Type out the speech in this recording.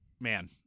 Man